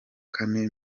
kane